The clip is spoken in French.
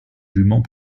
juments